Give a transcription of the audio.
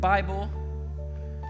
Bible